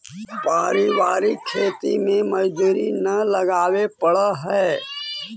पारिवारिक खेती में मजदूरी न लगावे पड़ऽ हइ